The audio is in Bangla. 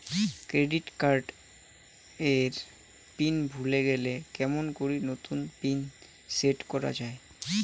ক্রেডিট কার্ড এর পিন ভুলে গেলে কেমন করি নতুন পিন সেট করা য়ায়?